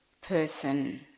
person